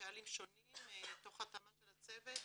קהלים שונים תוך התאמה של הצוות.